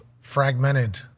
fragmented